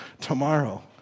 tomorrow